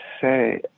say